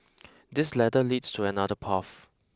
this ladder leads to another path